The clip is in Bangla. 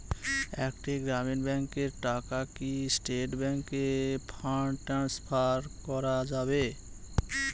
একটি গ্রামীণ ব্যাংকের টাকা কি স্টেট ব্যাংকে ফান্ড ট্রান্সফার করা যাবে?